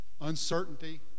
uncertainty